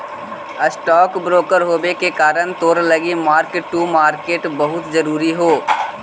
stock broker होबे के कारण तोरा लागी मार्क टू मार्केट बहुत जरूरी हो